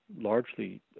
largely